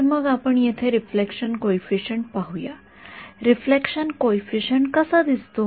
तर मग आपण येथे रिफ्लेक्शन कॉइफिसिएंट पाहूया रिफ्लेक्शन कॉइफिसिएंट कसा दिसतो